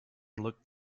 looked